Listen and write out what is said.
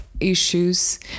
issues